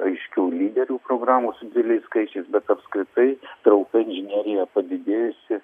aiškių lyderių programų su dideliais skaičius bet apskritai trauka inžinerijai padidėjusi